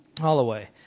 Holloway